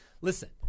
listen